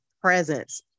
presence